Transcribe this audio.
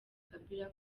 kabila